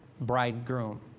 bridegroom